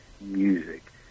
music